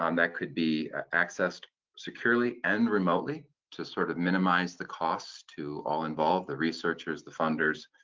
um that could be accessed securely and remotely to, sort of, minimize the costs to all involved the researchers, the funders,